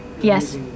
Yes